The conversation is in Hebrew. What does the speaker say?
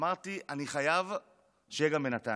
ואמרתי: אני חייב שיהיה גם בנתניה.